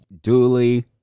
Duly